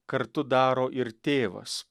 kartu daro ir tėvas